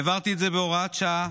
העברתי את זה בהוראת שעה,